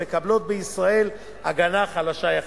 המקבלות בישראל הגנה חלשה יחסית.